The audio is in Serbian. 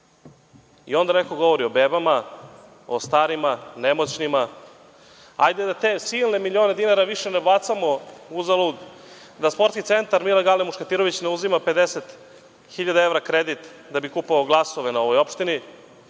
Onda neko govori o bebama, starima, nemoćnima. Hajde da te silne milione dinara ne bacamo uzalud, da Sportski centar „Milan Gale Muškatirović“ ne uzima 50.000 evra kredit da bi kupovao glasove na ovoj opštini